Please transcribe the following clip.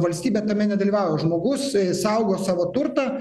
valstybė tame nedalyvauja žmogus saugo savo turtą